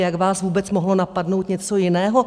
Jak vás vůbec mohlo napadnout něco jiného?